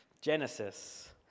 Genesis